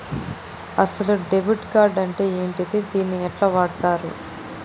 అసలు debit card అంటే ఏంటిది? దీన్ని ఎట్ల వాడుతరు?